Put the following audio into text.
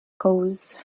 cause